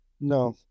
No